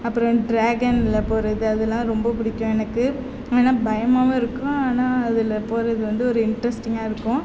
அப்புறம் டிராகனில் போவது அதெல்லாம் ரொம்ப பிடிக்கும் எனக்கு ஆனால் பயமாகவும் இருக்கும் ஆனால் அதில் போவது வந்து ஒரு இன்ட்ரெஸ்டிங்காக இருக்கும்